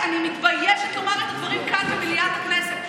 אני מתביישת לומר את הדברים כאן במליאה בכנסת.